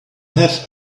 have